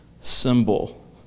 symbol